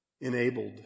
enabled